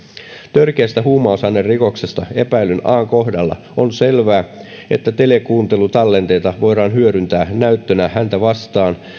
törkeästä huumausainerikoksesta epäillyn an kohdalla on selvää että telekuuntelutallenteita voidaan hyödyntää näyttönä häntä vastaan